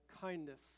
kindness